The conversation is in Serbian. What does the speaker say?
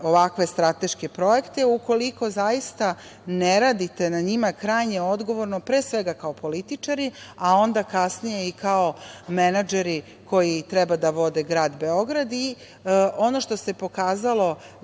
ovakve strateške projekte ukoliko zaista ne radite na njima krajnje odgovorno pre svega kao političari, a onda kasnije i kao menadžeri koji treba da vode grad Beograd. Ono što se pokazalo